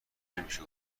نمیشه